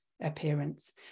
appearance